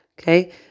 Okay